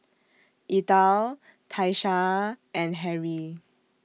Ethyl Tiesha and Harrie